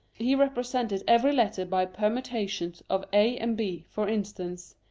he represented every letter by permutations of a and b for instance,